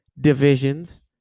divisions